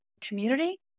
community